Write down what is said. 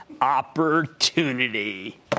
opportunity